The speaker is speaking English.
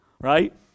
right